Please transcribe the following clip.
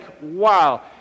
wow